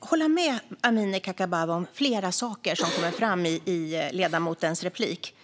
hålla med Amineh Kakabaveh om flera saker som kommer fram i ledamotens inlägg.